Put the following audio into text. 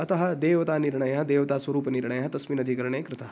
अतः देवतानिर्णयः देवता स्वरूपनिर्णयः तस्मिन् अधिकरणे कृतः